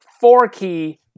four-key